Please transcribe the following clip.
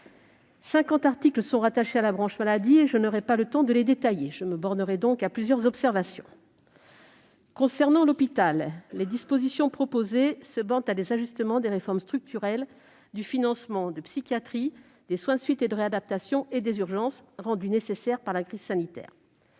articles sont rattachés à la branche maladie. N'ayant pas le temps de les détailler, je me limiterai à quelques observations. S'agissant de l'hôpital, les dispositions proposées se bornent à des ajustements des réformes structurelles du financement de la psychiatrie, des soins de suite et de réadaptation et des urgences, rendus nécessaires par la crise sanitaire.